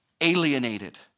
alienated